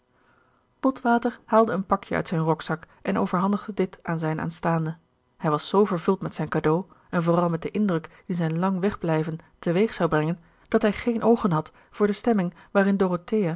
botwater haalde een pakje uit zijn rokzak en overhandigde dit aan zijne aanstaande hij was zoo vervuld met zijn cadeau en vooral met den indruk dien zijn lang wegblijven te weeg zou brengen dat hij geen oogen had voor de stemming waarin dorothea